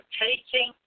taking